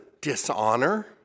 dishonor